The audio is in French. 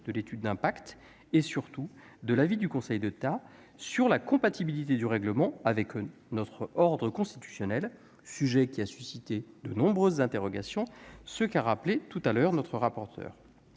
de l'étude d'impact et, surtout, de l'avis du Conseil d'État sur la compatibilité du règlement avec notre ordre constitutionnel, un sujet qui a soulevé de nombreuses questions, comme l'a rappelé tout à l'heure notre rapporteur.